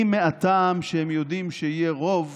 היא מהטעם שהם יודעים שיהיה רוב